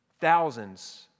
thousands